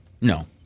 No